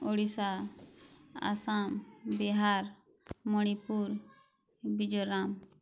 Odisha Assam Bihar Manipur Mizoram